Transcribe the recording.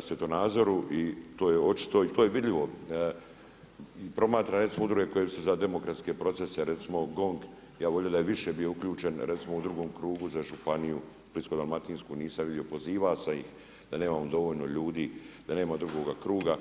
svjetonazoru i to je očito i to je vidljivo i promatram recimo udruge koje su za demokratske procese recimo GONG ja bih volio da je više bio uključen recimo u drugom krugu za Županiju Splitsko-dalmatinsku nisam vidio poziva se ih da nemamo dovoljno ljudi, da nema drugoga kruga.